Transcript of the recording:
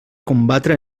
combatre